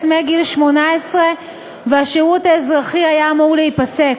מגיל 18 והשירות האזרחי היה אמור להיפסק.